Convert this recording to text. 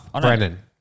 Brennan